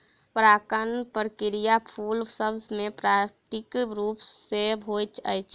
परागण प्रक्रिया फूल सभ मे प्राकृतिक रूप सॅ होइत अछि